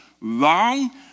wrong